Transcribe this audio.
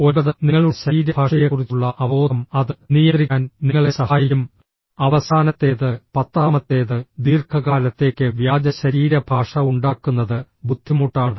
ഒൻപത് നിങ്ങളുടെ ശരീരഭാഷയെക്കുറിച്ചുള്ള അവബോധം അത് നിയന്ത്രിക്കാൻ നിങ്ങളെ സഹായിക്കും അവസാനത്തേത് പത്താമത്തേത് ദീർഘകാലത്തേക്ക് വ്യാജ ശരീരഭാഷ ഉണ്ടാക്കുന്നത് ബുദ്ധിമുട്ടാണ്